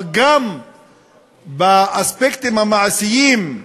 אבל גם באספקטים המעשיים,